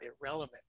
irrelevant